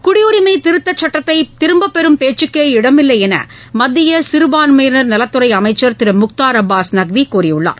குடியுரிமை திருத்தச் சட்டத்தை திரும்பப் பெறும் பேச்சுக்கே இடமில்லை என்று மத்திய சிறபான்மையினர் நலத்துறை அமைச்சர் திரு முக்தார் அப்பாஸ் நக்வி கூறியுள்ளார்